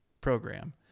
program